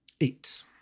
Eight